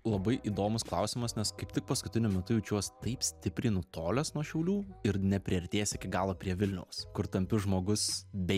labai įdomus klausimas nes kaip tik paskutiniu metu jaučiuos taip stipriai nutolęs nuo šiaulių ir nepriartėjęs iki galo prie vilniaus kur tampi žmogus be